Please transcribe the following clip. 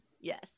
Yes